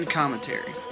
commentary